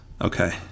Okay